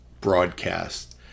broadcast